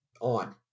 on